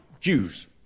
Jews